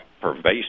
pervasive